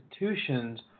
institutions